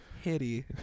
hitty